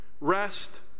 rest